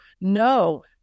no